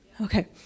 okay